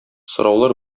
сораулар